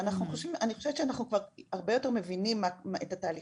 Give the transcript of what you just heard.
ואני חושבת שאנחנו כבר הרבה יותר מבינים את התהליכים